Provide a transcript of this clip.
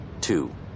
Two